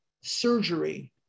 surgery